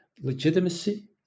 legitimacy